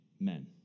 men